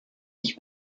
ich